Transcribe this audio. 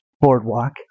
boardwalk